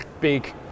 big